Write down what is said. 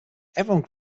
everyone